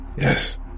yes